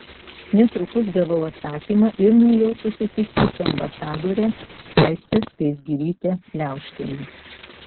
netrukus gavau atsakymą ir nuėjau susitikti su ambasadore aiste skaisgiryte liauškiene